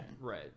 right